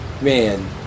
man